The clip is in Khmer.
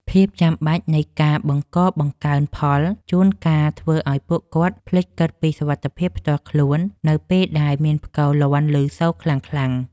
ភាពចាំបាច់នៃការបង្កបង្កើនផលជួនកាលធ្វើឱ្យពួកគាត់ភ្លេចគិតពីសុវត្ថិភាពផ្ទាល់ខ្លួននៅពេលដែលមានផ្គរលាន់ឮសូរខ្លាំងៗ។